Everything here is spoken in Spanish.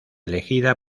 elegida